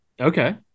Okay